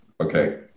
Okay